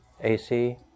AC